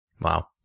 Wow